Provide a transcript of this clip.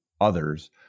others